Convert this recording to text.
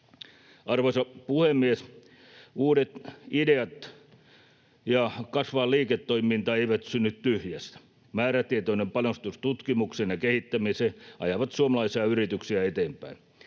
Arvoisa puhemies! Uudet ideat ja kasvava liiketoiminta eivät synny tyhjästä. Määrätietoinen panostus tutkimukseen ja kehittämiseen ajaa suomalaisia yrityksiä eteenpäin.